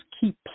keep